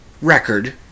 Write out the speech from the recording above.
record